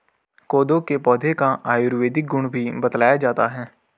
कोदो के पौधे का आयुर्वेदिक गुण भी बतलाया जाता है